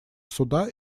суда